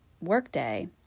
workday